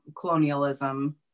colonialism